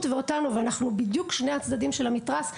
ואותנו ואנחנו בדיוק שני הצדדים של המתרס.